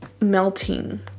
melting